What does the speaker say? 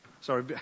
Sorry